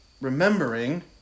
Remembering